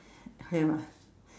have ah